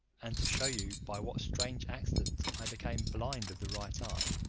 and to shew you by what strange accident i became blind of the right eye,